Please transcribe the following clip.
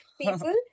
people